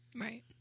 Right